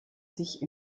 sich